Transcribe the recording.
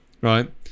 Right